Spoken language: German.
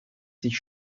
sich